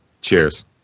Cheers